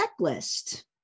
checklist